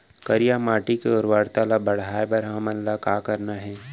करिया माटी के उर्वरता ला बढ़ाए बर हमन ला का करना हे?